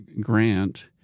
grant